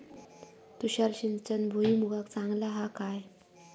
तुषार सिंचन भुईमुगाक चांगला हा काय?